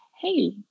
Hey